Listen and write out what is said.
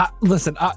listen